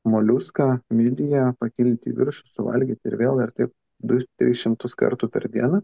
moliuską midiją pakilti į viršų suvalgyti ir vėl ir taip du tris šimtus kartų per dieną